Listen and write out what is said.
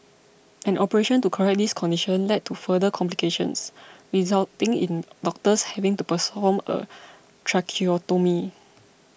an operation to correct this condition led to further complications resulting in doctors having to perform a tracheotomy